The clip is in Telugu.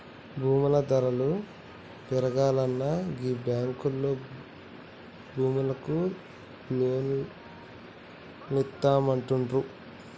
భూముల ధరలు పెరుగాల్ననా గీ బాంకులోల్లు భూములకు లోన్లిత్తమంటుండ్రు